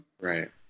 Right